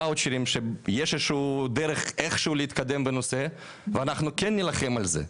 וואוצ'רים שיש איזשהו דרך איכשהו להתקדם בנושא ואנחנו כן נלחם על זה,